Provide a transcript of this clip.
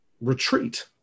retreat